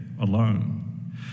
alone